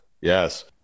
Yes